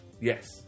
Yes